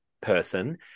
person